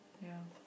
ya